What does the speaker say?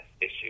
issue